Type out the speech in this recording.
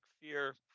fear